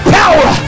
power